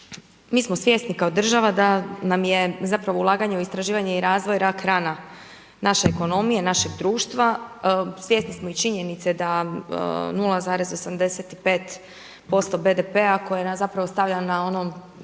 Mi smo svjesni kao država da nam je zapravo ulaganje u istraživanje i razvoj rak rana naše ekonomije, našeg društva. Svjesni smo i činjenice da 0,85% BDP-a koje nas zapravo stavlja na ono